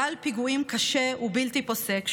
גל פיגועים קשה ובלתי פוסק,